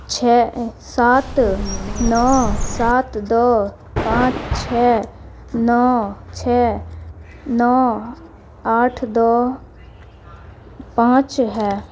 چھ سات نو سات دو پانچ چھ نو چھ نو آٹھ دو پانچ ہے